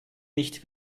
nicht